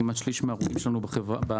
כמעט שליש מההרוגים שלנו בבין-עירוני,